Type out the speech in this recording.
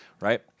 Right